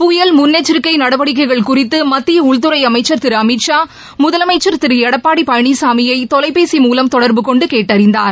புயல் முன்னெச்சரிக்கை நடவடிக்கைகள் குறித்து மத்திய உள்துறை அமைச்சர் திரு அமித்ஷா முதலமைச்சர் திரு எடப்பாடி பழனிசாமியை தொலைபேசி மூலம் தொடர்பு கொண்டு கேட்டறிந்தார்